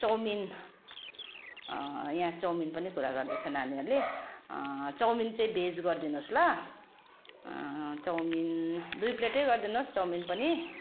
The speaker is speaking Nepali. चाउमिन यहाँ चाउमिन पनि कुरा गर्दैछ नानीहरूले चाउमिन चाहिँ भेज गरी दिनु होस् ल चाउमिन दुई प्लेटै गरी दिनु होस् चाउमिन पनि